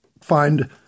find